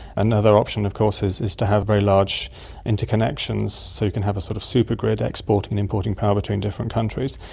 another option of course is is to have very large interconnections, so you can have a sort of super grid exporting and importing power between different countries.